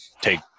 take